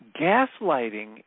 gaslighting